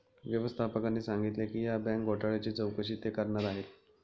व्यवस्थापकाने सांगितले की या बँक घोटाळ्याची चौकशी ते करणार आहेत